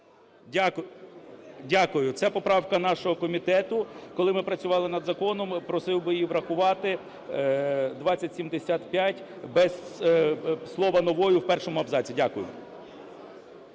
Дякую. Це поправка нашого комітету коли ми працювали над законом. Просив би її врахувати, 2075, без слова "новою" в першому абзаці. Дякую.